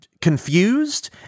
confused